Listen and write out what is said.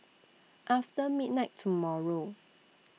after midnight tomorrow